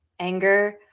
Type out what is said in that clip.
Anger